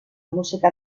música